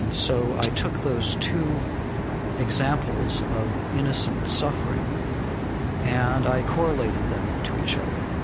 and so i took those two examples of innocent suffering and i correlated them to each other.